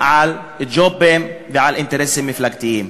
על ג'ובים ועל אינטרסים מפלגתיים.